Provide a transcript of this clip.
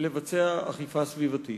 לבצע אכיפה סביבתית.